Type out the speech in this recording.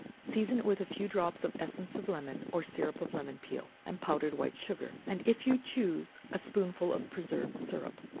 season it with a few drops of essence of lemon, or syrup of lemon peel, and powdered white sugar, and if you choose a spoonful of preserve syrup,